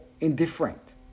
indifferent